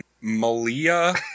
Malia